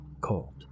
cold